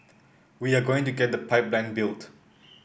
we are going to get the pipeline built